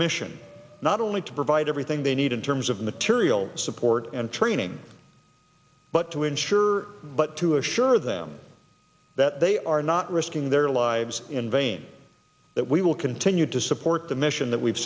mission not only to provide everything they need in terms of material support and training but to ensure but to assure them that they are not risking their lives in vain that we will continue to support the mission that we've